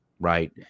right